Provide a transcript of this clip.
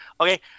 okay